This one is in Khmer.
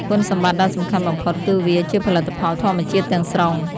គុណសម្បត្តិដ៏សំខាន់បំផុតគឺវា ជាផលិតផលធម្មជាតិទាំងស្រុង។